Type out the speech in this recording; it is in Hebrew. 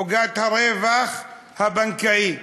עוגת הרווח הבנקאי.